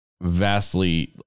vastly